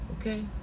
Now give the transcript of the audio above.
okay